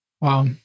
Wow